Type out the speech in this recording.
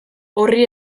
horri